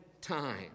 time